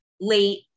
late